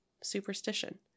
superstition